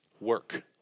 work